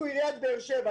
אנחנו עיריית באר שבע,